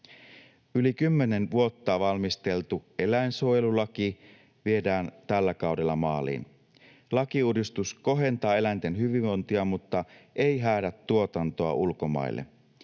vuotta valmisteltu eläinsuojelulaki viedään tällä kaudella maaliin. Lakiuudistus kohentaa eläinten hyvinvointia, mutta ei häädä tuotantoa ulkomaille.